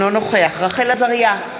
אינו נוכח רחל עזריה,